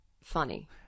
funny